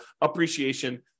appreciation